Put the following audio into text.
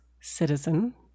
citizen